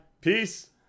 peace